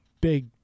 big